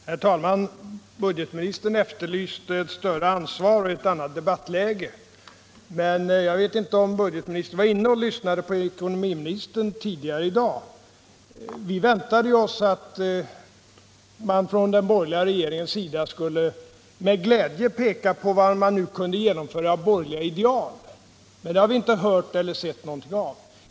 Herr talman! Budgetministern efterlyste ett större ansvar och ett annat debattläge. Jag vet inte om budgetministern lyssnade på ekonomiministerns inlägg tidigare i dag. Vi väntade oss att man från den borgerliga regeringens sida med glädje skulle peka på vilka borgerliga ideal man nu kunde genomföra. Men det har vi inte hört eller sett något av.